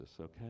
okay